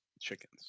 chickens